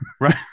Right